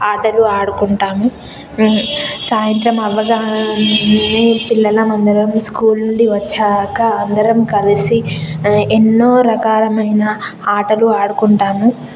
ఆటలు ఆడుకుంటాము సాయింత్రం అవ్వగానే పిల్లలమందరం స్కూల్ నుండి వచ్చాకా అందరం కలిసి ఎన్నో రకాలమైన ఆటలు ఆడుకుంటాను